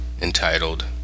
entitled